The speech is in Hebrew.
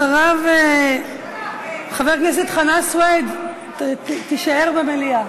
חבר הכנסת חנא סוייד, תישאר במליאה.